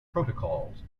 protocols